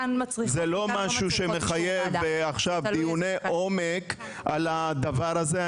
זה לא משהו שמחייב עכשיו דיוני עומק על הדבר הזה.